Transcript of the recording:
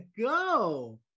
go